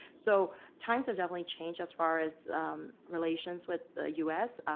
so times have definitely changed as far as relations with the us,